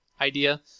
idea